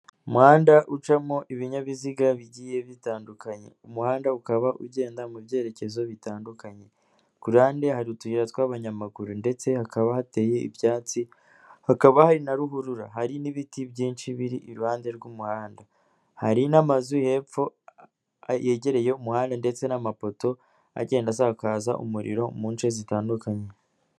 Umuhanda ucamo ibinyabiziga bigiye bitandukanye, umuhanda ukaba ugenda mu byerekezo bitandukanye, kuruhande hari utuyira tw'abanyamaguru ndetse hakaba hateye ibyatsi, hakaba hari na ruhurura hari n'ibiti byinshi biri iruhande rw'umuhanda, hari n'amazu hepfo yegereye umuhanda ndetse n'amapoto agenda asakaza umuriro mu bice bitandukanye.